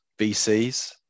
VCs